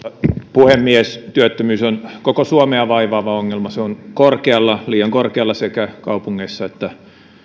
puhemies työttömyys on koko suomea vaivaava ongelma se on liian korkealla sekä kaupungeissa että